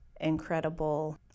incredible